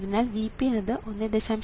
അതിനാൽ Vp എന്നത് 1